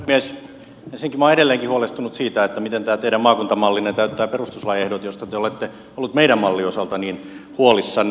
ensinnäkin minä olen edelleenkin huolestunut siitä miten tämä teidän maakuntamallinne täyttää perustuslain ehdot joista te olette olleet meidän mallimme osalta niin huolissanne